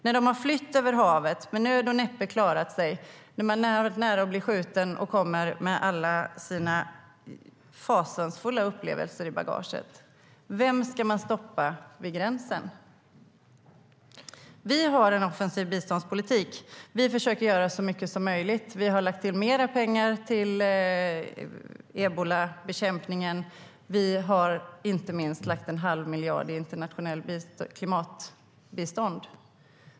När de har flytt över havet och med nöd och näppe klarat sig, när de har varit nära att bli skjutna och kommer med alla sina fasansfulla upplevelser i bagaget, vem ska man stoppa vid gränsen? Vi har en offensiv biståndspolitik. Vi försöker göra så mycket som möjligt. Vi har lagt till mer pengar till ebolabekämpningen. Vi har inte minst lagt en halv miljard på internationellt klimatbistånd.